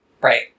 right